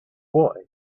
boy